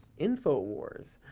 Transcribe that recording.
infowars.